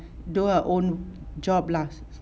do her own job lah